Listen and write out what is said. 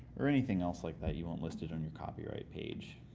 or anything else like that you want listed on your copyright page